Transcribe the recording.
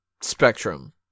spectrum